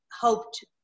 hoped